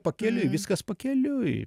pakeliui viskas pakeliui